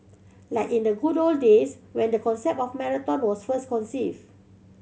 like in the good old days when the concept of marathon was first conceived